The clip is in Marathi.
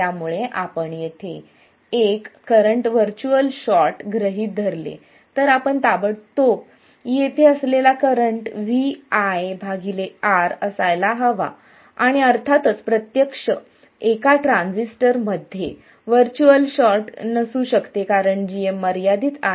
त्यामुळे आपण येथे एक करंट व्हर्च्युअल शॉर्ट गृहित धरले तर आपण ताबडतोब येथे असलेला करंट Vi R असायला हवा आणि अर्थातच प्रत्यक्ष एका ट्रान्झिस्टर मध्ये व्हर्च्युअल शॉर्ट नसू शकते कारण gm मर्यादित आहे